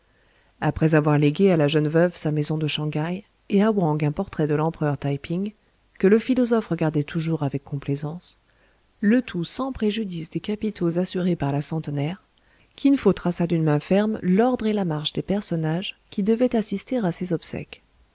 après avoir légué à la jeune veuve sa maison de shang haï et à wang un portrait de l'empereur taï ping que le philosophe regardait toujours avec complaisance le tout sans préjudice des capitaux assurés par la centenaire kin fo traça d'une main ferme l'ordre et la marche des personnages qui devaient assister à ses obsèques